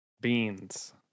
Beans